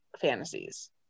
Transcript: fantasies